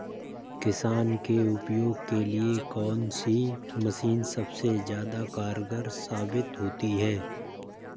किसान के उपयोग के लिए कौन सी मशीन सबसे ज्यादा कारगर साबित होती है?